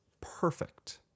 perfect